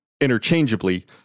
interchangeably